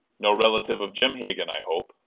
no relative of jim hegan, i hope?